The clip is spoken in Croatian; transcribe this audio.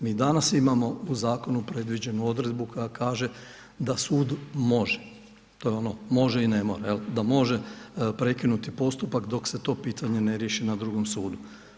Mi danas imamo u zakonu predviđenu odredbu koja kaže da sud može, to je ono može i ne mora, da može prekinuti postupak dok se to pitanje ne riješi na drugom sudu.